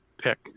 pick